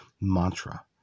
mantra